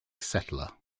settler